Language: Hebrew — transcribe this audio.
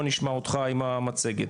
בוא נשמע אותך עם המצגת.